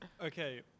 okay